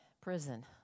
prison